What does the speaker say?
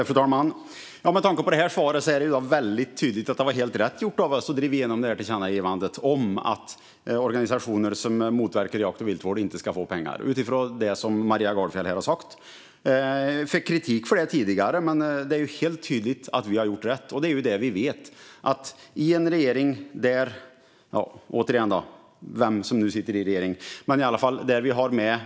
Fru talman! Med tanke på det här svaret är det väldigt tydligt att det var helt rätt av oss att driva igenom tillkännagivandet om att organisationer som motverkar jakt och viltvård inte ska få pengar. Det var rätt utifrån det som Maria Gardfjell här har sagt. Vi fick kritik för det tidigare, men det är helt tydligt att vi har gjort rätt. Återigen kan man undra vem som sitter i regeringen, men vi har en regering där i alla fall Miljöpartiet är med.